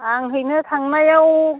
आं हैनो थांनायाव